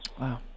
Wow